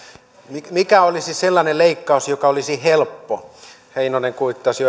mikä mikä olisi sellainen leikkaus joka olisi helppo heinonen kuittasi